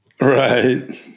right